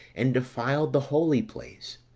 and defiled the holy place.